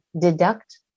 deduct